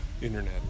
internet